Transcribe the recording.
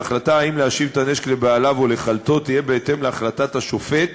ההחלטה אם להשיב את הנשק לבעליו או לחלטו תהיה בהתאם להחלטת השופט